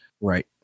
right